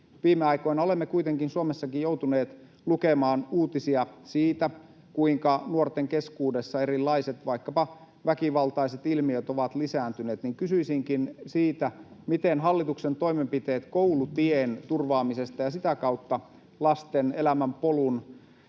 Viime aikoina olemme kuitenkin Suomessakin joutuneet lukemaan uutisia siitä, kuinka nuorten keskuudessa erilaiset vaikkapa väkivaltaiset ilmiöt ovat lisääntyneet. Kysyisinkin siitä: miten hallituksen toimenpiteet koulutien turvaamisesta ja sitä kautta lasten elämänpolun